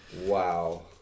Wow